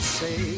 say